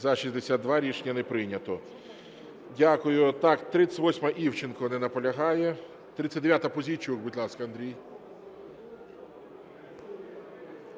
За-62 Рішення не прийнято. Дякую. 38-а, Івченко. Не наполягає. 39-а. Пузійчук, будь ласка, Андрій.